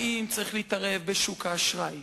האם צריך להתערב בשוק האשראי?